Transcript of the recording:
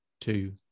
two